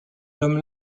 homme